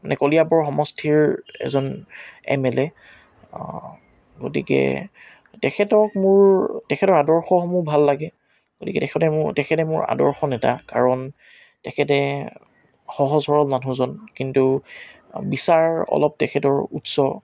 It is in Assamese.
মানে কলিয়াবৰ সমষ্টিৰ এজন এম এল এ গতিকে তেখেতক মোৰ তেখেতৰ আদৰ্শসমূহ ভাল লাগে গতিকে তেখেতে মোৰ তেখেতে মোৰ আদৰ্শ নেতা তেখেতে সহজ সৰল মানুহজন কিন্তু বিচাৰ অলপ তেখেতৰ উচ্চ